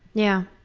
yeah,